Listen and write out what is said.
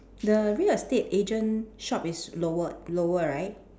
the real estate agent shop is lower lower right